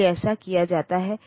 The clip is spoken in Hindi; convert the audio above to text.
इसलिए ऐसा किया जाता है